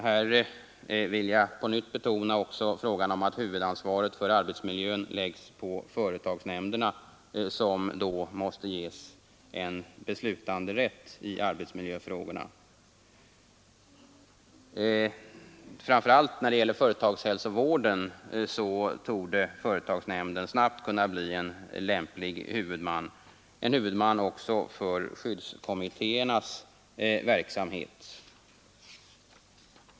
Här vill jag på nytt betona att frågan om huvudansvaret för arbetsmiljön lägges på företagsnämnderna, som då måste ges en beslutanderätt i arbetsmiljöfrågor. Företagsnämnden torde framför allt när det gäller företagshälsovården snabbt kunna bli en lämplig huvudman liksom huvudman också för skyddskommittéernas verksamhet.